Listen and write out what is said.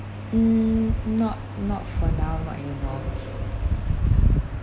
mm not not for now not involved